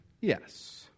Yes